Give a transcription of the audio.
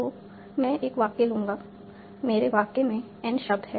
तो मैं एक वाक्य लूंगा मेरे वाक्य में n शब्द हैं